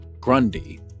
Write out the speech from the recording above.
Grundy